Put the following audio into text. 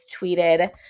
tweeted